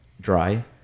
Dry